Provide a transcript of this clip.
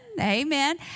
Amen